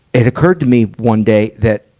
it occurred to me one day that,